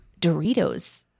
Doritos